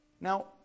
Now